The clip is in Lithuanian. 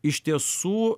iš tiesų